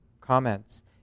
comments